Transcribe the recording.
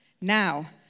Now